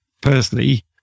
personally